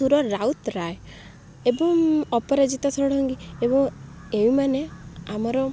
ସୁର ରାଉତରାୟ ଏବଂ ଅପରାଜିତା ଷଡ଼ଙ୍ଗୀ ଏବଂ ଏମାନେ ଆମର